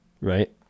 Right